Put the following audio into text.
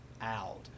out